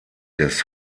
des